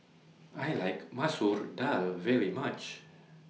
I like Masoor Dal very much